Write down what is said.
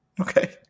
okay